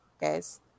guys